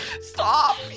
Stop